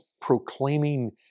proclaiming